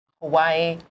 Hawaii